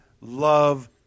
love